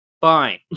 Fine